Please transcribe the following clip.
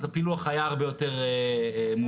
אז הפילוח היה הרבה יותר מאוזן.